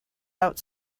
out